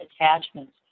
attachments